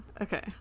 Okay